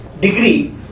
degree